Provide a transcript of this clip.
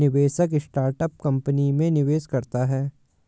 निवेशक startup company में निवेश करता है